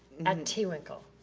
and t-winkle.